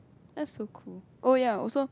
that's so cool oh ya also